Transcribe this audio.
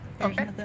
Okay